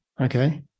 Okay